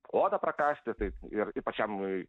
odą prakasti tai ir ir pačiam